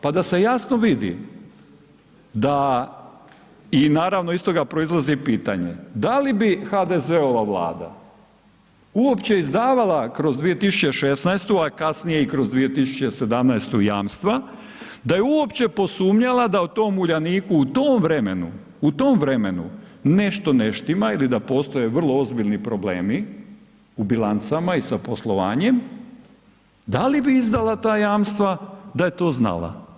Pa da se jasno vidi da i naravno proizlazi pitanje, da li bi HDZ-ova Vlada uopće izdavala kroz 2016., a kasnije i kroz 2017. jamstva da je uopće posumnjala da u tom Uljaniku u tom vremenu nešto ne štima ili da postoje vrlo ozbiljni problemi u bilancama i sa poslovanjem, da li bi izdala ta jamstva da je to znala?